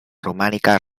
romànica